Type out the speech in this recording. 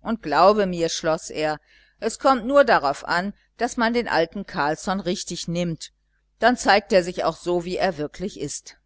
und glaube mir schloß er es kommt nur darauf an daß man den alten carlsson richtig nimmt dann zeigt er sich auch so wie er wirklich ist